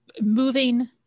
moving